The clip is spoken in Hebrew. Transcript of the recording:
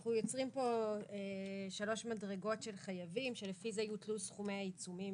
אנחנו מייצרים פה שלוש מדרגות של חייבים שלפי זה יוטלו סכומי העיצומים,